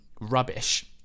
rubbish